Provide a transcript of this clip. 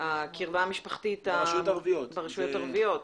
הקרבה המשפחתית ברשויות הערביות.